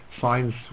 science